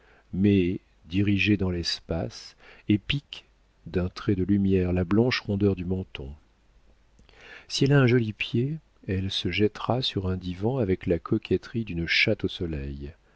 mais dirigée dans l'espace et pique d'un trait de lumière la blanche rondeur du menton si elle a un joli pied elle se jettera sur un divan avec la coquetterie d'une chatte au soleil